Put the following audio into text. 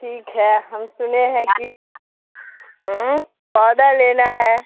ٹھیک ہے ہم سنے ہیں کہ پودا لینا ہے